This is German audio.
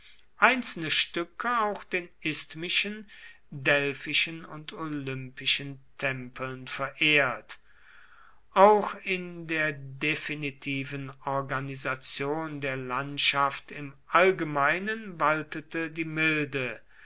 einzelne stücke auch den isthmischen delphischen und olympischen tempeln verehrt auch in der definitiven organisation der landschaft im allgemeinen waltete die milde